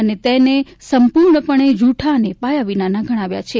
અને તેને સંપૂર્ણપણે જૂઠા અને પાયાવિનાના ગણાવ્યા છે